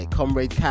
Comrade